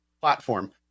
platform